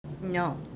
No